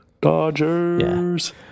Dodgers